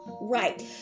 Right